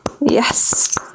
Yes